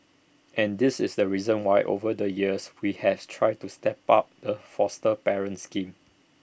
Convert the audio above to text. and this is the reason why over the years we has tried to step up the foster parent scheme